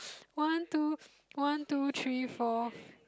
one two one two three four